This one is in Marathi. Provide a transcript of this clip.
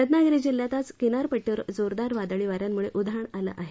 रत्नागिरी जिल्ह्यात आज किनारपट्टीवर जोरदार वादळी वाऱ्यांमुळे उधाण आलं आहे